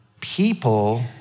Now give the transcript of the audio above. people